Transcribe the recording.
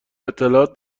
اطلاعات